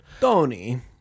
Tony